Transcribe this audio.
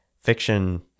fiction